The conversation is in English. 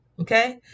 Okay